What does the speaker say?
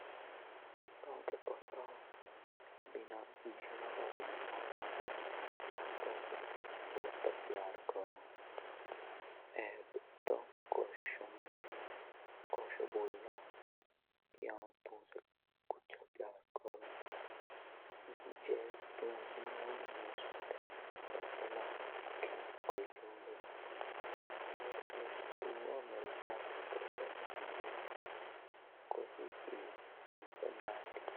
थोंखे पोता होन तेरे बिना जिनो का मन बि ना करों हौं थोजे भुत प्यार करूं। एब थोंखे कोस समझाणी और थोंखे कोस। बोलने की ज तू भी नु होली तब हौं एला खियानी कोए होन्दौर खियानी कुंगे हालत मुँज होन्दा ता। और एब जब तू होन मेरे साथे मुके कोई चिज की टेंशन ना आती।